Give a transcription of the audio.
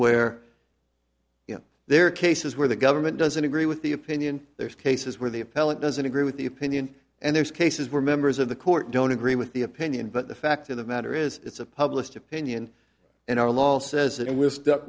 where there are cases where the government doesn't agree with the opinion there's cases where the appellate doesn't agree with the opinion and there's cases where members of the court don't agree with the opinion but the fact of the matter is it's a published opinion and our law says it and we're stuck